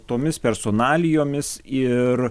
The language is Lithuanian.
tomis personalijomis ir